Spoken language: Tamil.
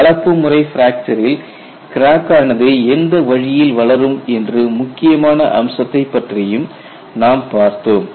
கலப்பு முறை பிராக்சரில் கிராக் ஆனது எந்த வழியில் வளரும் என்று முக்கியமான அம்சத்தை பற்றியும் நாம் பார்த்தோம்